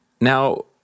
Now